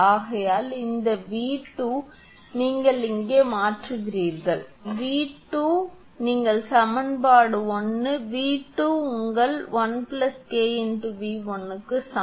ஆகையால் இந்த 𝑉2 நீங்கள் இங்கே மாற்றுகிறீர்கள் 𝑉2 நீங்கள் சமன்பாடு 1 𝑉2 உங்கள் 1 𝐾 𝑉1 க்கு சமம்